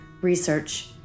research